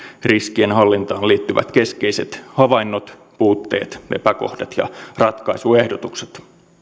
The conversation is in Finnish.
riskienhallintaan liittyvät keskeiset havainnot puutteet epäkohdat ja ratkaisuehdotukset